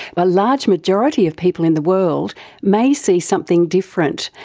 but large majority of people in the world may see something different.